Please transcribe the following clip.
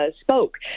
spoke